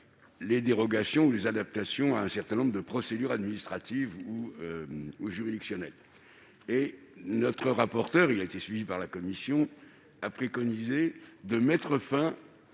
de dérogation ou d'adaptation concernant un certain nombre de procédures administratives ou juridictionnelles. Notre rapporteur, suivi par la commission, a préconisé de mettre fin